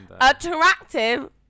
Attractive